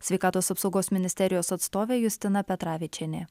sveikatos apsaugos ministerijos atstovė justina petravičienė